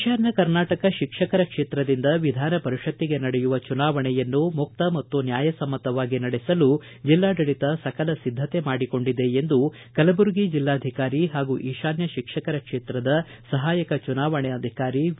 ಈಶಾನ್ಯ ಕರ್ನಾಟಕ ಶಿಕ್ಷಕರ ಕ್ಷೇತ್ರದಿಂದ ವಿಧಾನ ಪರಿಷತ್ತಿಗೆ ನಡೆಯುವ ಚುನಾವಣೆಯನ್ನು ಮುಕ್ತ ಮತ್ತು ನ್ಯಾಯ ಸಮ್ಮತವಾಗಿ ನಡೆಸಲು ಜಿಲ್ಲಾಡಳಿತ ಸಕಲ ಸಿದ್ದತೆ ಮಾಡಿಕೊಂಡಿದೆ ಎಂದು ಕಲಬುರಗಿ ಜಿಲ್ಲಾಧಿಕಾರಿ ಹಾಗೂ ಈಶಾನ್ದ ಶಿಕ್ಷಕರ ಕ್ಷೇತ್ರದ ಸಹಾಯಕ ಚುನಾವಣಾಧಿಕಾರಿಯಾಗಿರುವ ವಿ